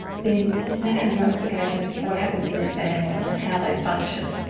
then that has ramifications for what happens in their family and how they function.